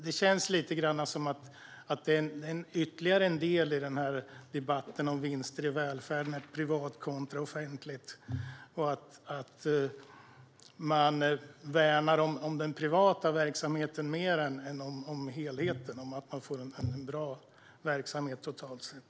Det känns lite som att det här är ytterligare en del i debatten om vinster i välfärden och det privata kontra det offentliga. Ni värnar mer om den privata verksamheten än om helheten, det vill säga att det finns en bra verksamhet totalt sett.